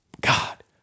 God